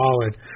solid